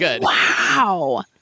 wow